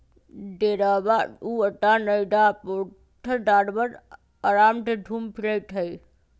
घेरहबा ऊ स्थान हई जहा पोशल जानवर अराम से घुम फिरइ छइ